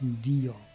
deal